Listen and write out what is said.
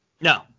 No